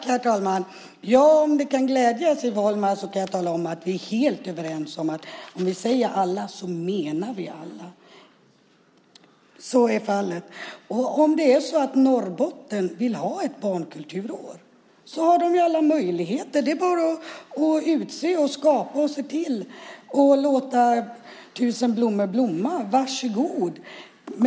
Herr talman! Om det kan glädja Siv Holma kan jag tala om att vi är helt överens om att vi om vi säger alla också menar alla . Så är fallet. Om Norrbotten vill ha ett barnkulturår har de alla möjligheter i det avseendet. Det är bara att så att säga utse, skapa och se till och att låta tusen blommor blomma. Varsågod!